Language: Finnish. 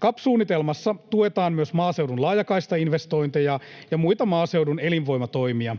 CAP-suunnitelmassa tuetaan myös maaseudun laajakaistainvestointeja ja muita maaseudun elinvoimatoimia.